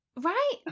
Right